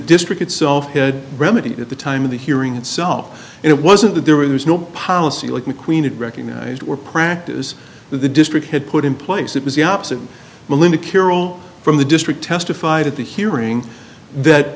district itself had remedied at the time of the hearing itself and it wasn't that there was no policy like mcqueen and recognized were practice the district had put in place it was the opposite and melinda carroll from the district testified at the hearing that